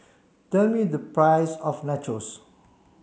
tell me the price of Nachos